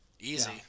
Easy